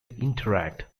interact